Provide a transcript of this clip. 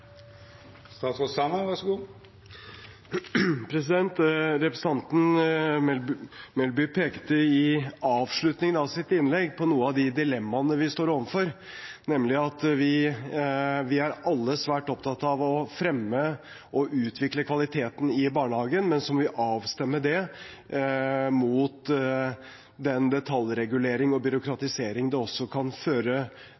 Representanten Melby pekte i avslutningen av sitt innlegg på noen av de dilemmaene vi står overfor, nemlig at vi alle er svært opptatt av å fremme og utvikle kvaliteten i barnehagen, men så må vi avstemme det mot den detaljreguleringen og